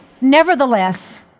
nevertheless